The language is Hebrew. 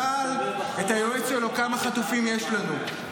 הוא שאל את היועץ שלו כמה חטופים יש לנו.